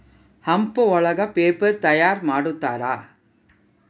hemp ಒಳಗ paper ತಯಾರ್ ಮಾಡುತ್ತಾರೆ